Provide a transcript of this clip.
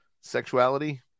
sexuality